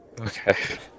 Okay